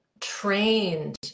trained